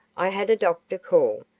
i had a doctor call,